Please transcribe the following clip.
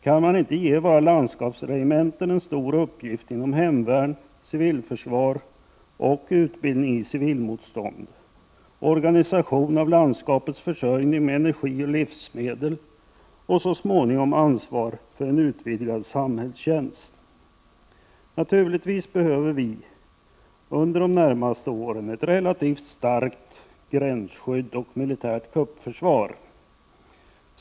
Kan man inte ge våra landskapsregementen en stor uppgift inom hemvärn, civilförsvar och utbildning i civilmotstånd, organisation av landskapets försörjning med energi och livsmedel och så småningom ansvar för en utvidgad samhällstjänst? Naturligtvis behöver vi under de närmaste åren ett relativt starkt gränsskydd och militärt kuppförsvar.